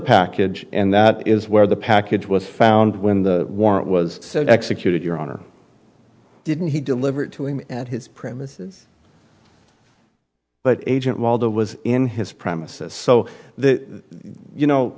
package and that is where the package was found when the warrant was executed your honor didn't he delivered to him at his premises but agent walter was in his premises so that you know